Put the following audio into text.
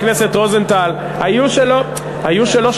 חבר הכנסת רוזנטל, היו שלא שמעו.